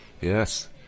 Yes